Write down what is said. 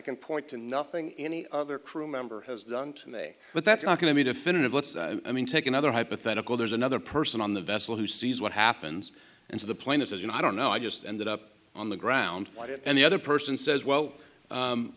can point to nothing any other crew member has done to me but that's not going to be definitive let's take another hypothetical there's another person on the vessel who sees what happens and so the plane is you know i don't know i just ended up on the ground and the other person says well